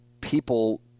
people